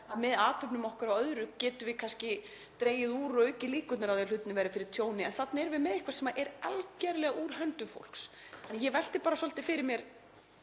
að með athöfnum okkar og öðru getum við kannski dregið úr og aukið líkurnar á því að hlutirnir verði fyrir tjóni. En þarna erum við með eitthvað sem er algerlega úr höndum fólks. Þannig að ég velti svolítið fyrir mér